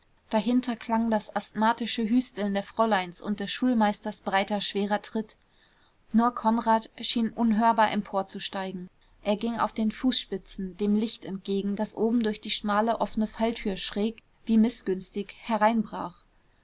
dahinter klang das asthmatische hüsteln der fräuleins und des schulmeisters breiter schwerer tritt nur konrad schien unhörbar emporzusteigen er ging auf den fußspitzen dem licht entgegen das oben durch die schmale offene falltür schräg wie mißgünstig hereinbrach